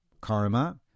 karma